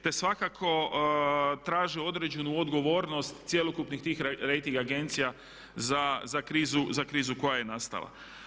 Te svakako traže određenu odgovornost cjelokupnih tih rejting agencija za krizu koja je nastala.